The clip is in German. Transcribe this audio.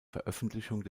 veröffentlichung